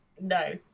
no